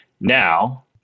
Now